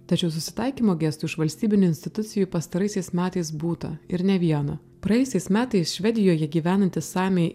tačiau susitaikymo gestų iš valstybinių institucijų pastaraisiais metais būta ir ne vieno praėjusiais metais švedijoje gyvenantys samiai